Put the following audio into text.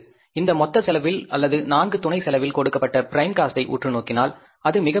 இந்த மொத்த செலவில் அல்லது 4 துணை செலவில் கொடுக்கப்பட்ட பிரைம் காஸ்ட் ஐ உற்று நோக்கினால் அது மிகப்பெரியது